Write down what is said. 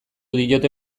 diote